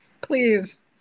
Please